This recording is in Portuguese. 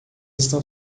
estão